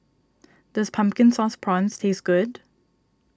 does Pumpkin Sauce Prawns taste good